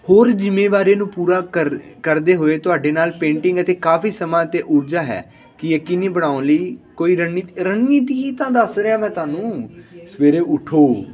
ਹੋਰ ਜ਼ਿੰਮੇਵਾਰੀ ਨੂੰ ਪੂਰਾ ਕਰ ਕਰਦੇ ਹੋਏ ਤੁਹਾਡੇ ਨਾਲ ਪੇਂਟਿੰਗ ਅਤੇ ਕਾਫ਼ੀ ਸਮਾਂ ਅਤੇ ਊਰਜਾ ਹੈ ਕਿ ਯਕੀਨੀ ਬਣਾਉਣ ਲਈ ਕੋਈ ਰਣ ਰਣਨੀਤੀ ਹੀ ਤਾਂ ਦੱਸ ਰਿਹਾ ਮੈਂ ਤੁਹਾਨੂੰ ਸਵੇਰੇ ਉੱਠੋ